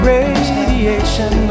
Radiation